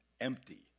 empty